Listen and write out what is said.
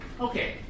Okay